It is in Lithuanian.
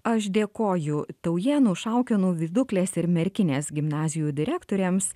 aš dėkoju taujėnų šaukėnų viduklės ir merkinės gimnazijų direktorėms